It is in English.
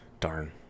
Darn